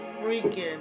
freaking